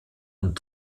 und